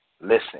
Listen